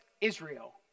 Israel